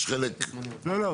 יש חלק --- לא, לא.